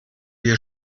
wir